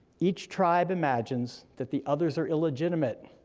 each tribe imagines that the others are illegitimate,